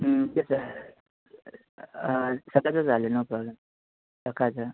हं तेच आहे सकाळचं चालेल नो प्रॉब्लेम सकाळचं